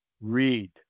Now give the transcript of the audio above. read